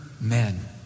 men